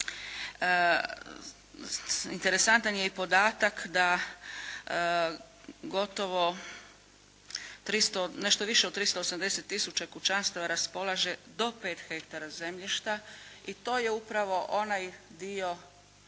Interesantan je i podatak da gotovo nešto više od 380 tisuća kućanstava raspolaže do 5 hektara zemljišta i to je upravo onaj dio